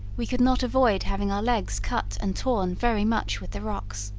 we could not avoid having our legs cut and torn very much with the rocks.